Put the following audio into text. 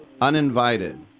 uninvited